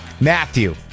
Matthew